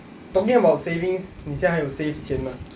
talking about savings 你现在还有 save 钱吗